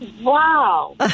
Wow